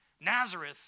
Nazareth